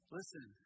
Listen